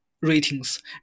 ratings